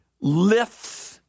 lifts